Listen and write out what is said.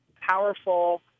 powerful